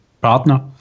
partner